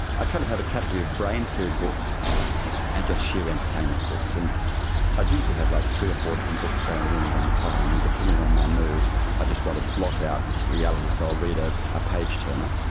i kind of had a category of brain food books and just sheer entertainment books. and i'd usually have like three or four different books going at any one time, and depending on my mood i'd just want to block out reality so i'll read ah a page-turner.